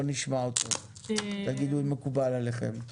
בואו נשמע אותו ותגידו האם הוא מקובל עליכם.